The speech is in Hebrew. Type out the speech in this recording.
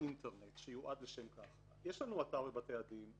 לבתי הדין,